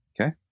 Okay